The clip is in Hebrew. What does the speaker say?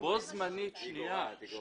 היא גורעת.